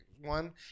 one